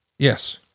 Yes